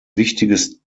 wichtiges